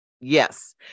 Yes